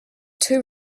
too